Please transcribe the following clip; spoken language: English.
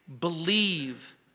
Believe